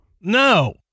No